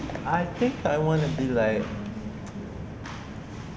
I think I want to be like